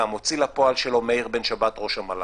והמוציא לפועל שלו מאיר בן שבת ראש המל"ל.